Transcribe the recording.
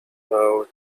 our